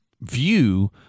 view